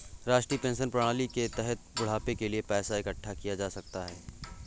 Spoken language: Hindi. राष्ट्रीय पेंशन प्रणाली के तहत बुढ़ापे के लिए पैसा इकठ्ठा किया जा सकता है